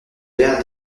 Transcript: père